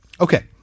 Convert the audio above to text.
Okay